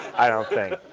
i don't think.